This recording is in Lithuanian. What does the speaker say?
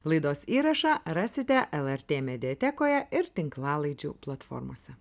laidos įrašą rasite lrt mediatekoje ir tinklalaidžių platformose